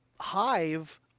hive